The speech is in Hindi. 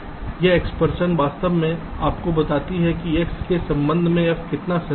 यह एक्सप्रेशन वास्तव में आपको बताती है कि x के संबंध में f कितना सेंसेटिव है